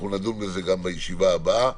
נדון בזה גם בישיבה הבאה.